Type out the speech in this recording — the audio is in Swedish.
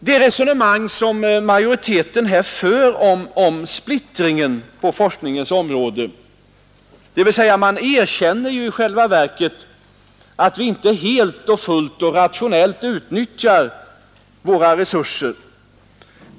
Det resonemang som majoriteten för om splittringen på forskningens område innebär i själva verket att man erkänner att vi inte helt och fullt och rationellt utnyttjar våra resurser.